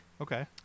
Okay